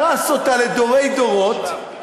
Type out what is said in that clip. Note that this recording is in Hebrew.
הרס אותה לדורי דורות,